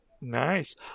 Nice